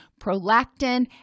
prolactin